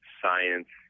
science